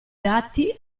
dati